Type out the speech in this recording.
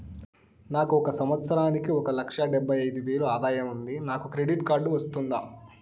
నాకు ఒక సంవత్సరానికి ఒక లక్ష డెబ్బై అయిదు వేలు ఆదాయం ఉంది నాకు క్రెడిట్ కార్డు వస్తుందా?